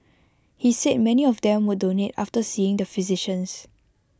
he said many of them would donate after seeing the physicians